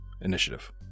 initiative